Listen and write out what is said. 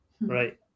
Right